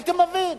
הייתי מבין.